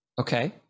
Okay